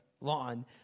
lawn